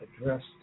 addressed